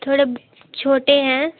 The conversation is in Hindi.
थोड़े छोटे हैं